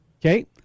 Okay